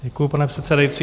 Děkuji, pane předsedající.